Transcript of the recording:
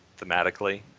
thematically